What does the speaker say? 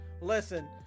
Listen